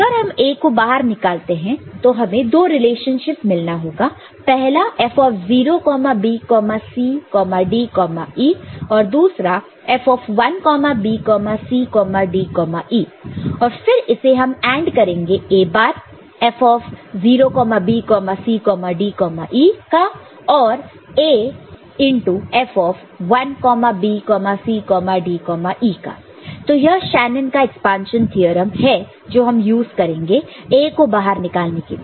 अगर हम A को बाहर निकालते हैं तो हमें दो रिलेशनशिप मिलना होगा पहला F0BCDE और दूसरा F1 B C D E है फिर इसे हम AND करेंगे A बार F0BCDE का और A F 1 B C D E का तो यह शेनन का एक्सपांशन थ्योरम जो हम यूज करेंगे A को बाहर निकालने के लिए